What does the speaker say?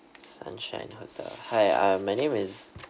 sunshine hotel hi uh my name is